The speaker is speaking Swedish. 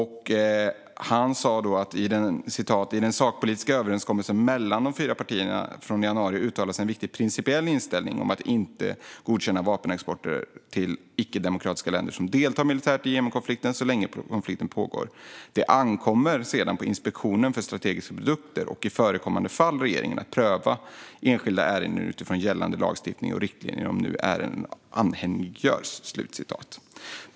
Han svarade då: "I den sakpolitiska överenskommelsen mellan fyra partier från januari uttalas en viktig principiell inställning om att inte godkänna vapenexportaffärer till icke-demokratiska länder som deltar militärt i Jemenkonflikten så länge konflikten pågår. Det ankommer sedan på Inspektionen för strategiska produkter och, i förekommande fall, regeringen att pröva enskilda ärenden utifrån gällande lagstiftning och riktlinjer om och när ärenden anhängiggörs."